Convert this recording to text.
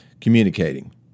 communicating